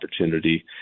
opportunity